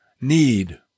need